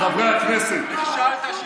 חברי הכנסת,